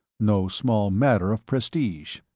no small matter of prestige.